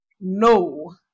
no